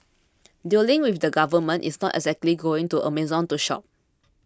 dealing with the Government is not exactly going to Amazon to shop